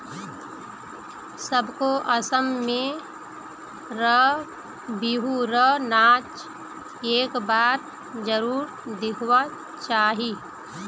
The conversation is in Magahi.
सबको असम में र बिहु र नाच एक बार जरुर दिखवा चाहि